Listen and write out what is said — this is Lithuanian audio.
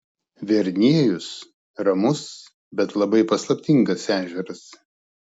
verniejus ramus bet labai paslaptingas ežeras